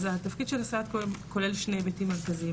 אז התפקיד של הסייעת כולל שני היבטים מרכזיים,